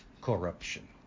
corruption